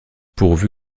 pourvu